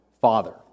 Father